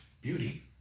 beauty